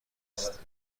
است